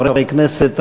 חברי הכנסת,